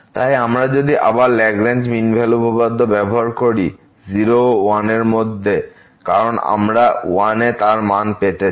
তাই আমরা যদি আবার ল্যাগরেঞ্জ মিন ভ্যালু উপপাদ্য ব্যবহার করি 0 ও 1 এরমধ্যে কারণ আমরা 1 এ তার মান পেতে চাই